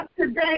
today